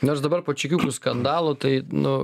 nors dabar po čekiukų skandalo tai nu